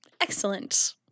Excellent